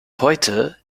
heute